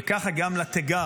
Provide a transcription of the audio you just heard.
וככה גם לתגר.